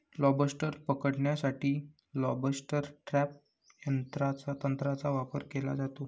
lobster पकडण्यासाठी lobster trap तंत्राचा वापर केला जातो